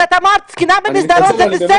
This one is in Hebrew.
כי את אמרת זקנה במסדרון זה בסדר.